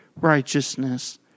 righteousness